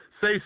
say